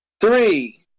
Three